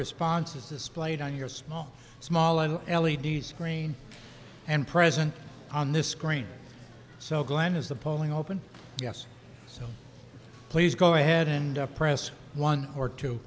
responses displayed on your small small and l e d s screen and present on this screen so glenn is the polling open yes so please go ahead and up press one or two